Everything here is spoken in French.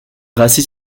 rassit